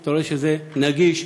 אתה רואה שזה נגיש,